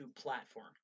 platform